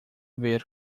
ver